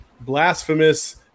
blasphemous